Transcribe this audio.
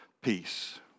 peace